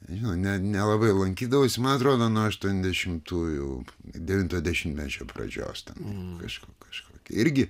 nežinau ne nelabai lankydavausi man atrodo nuo aštuoniasdešimtųjų devinto dešimtmečio pradžios ten kažkur kažkokia irgi